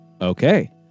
Okay